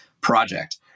project